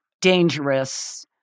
dangerous